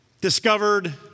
discovered